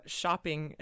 shopping